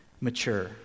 mature